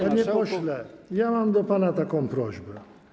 Panie pośle, mam do pana taką prośbę.